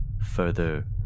further